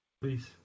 Please